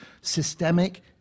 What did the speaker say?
systemic